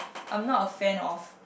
I'm not a fan of